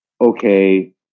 okay